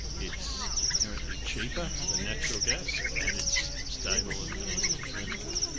it's inherently cheaper than natural gas and it's stable and and easy to transport.